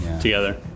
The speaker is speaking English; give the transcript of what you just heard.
together